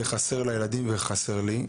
זה חסר לילדים וחסר לו.